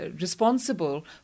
responsible